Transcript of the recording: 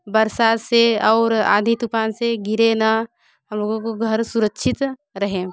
वर्षा से और आंधी तूफान से गिरे न हम लोगों को घर सुरक्षित रहे